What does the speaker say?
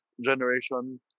generation